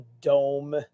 dome